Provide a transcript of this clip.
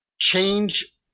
change